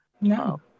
No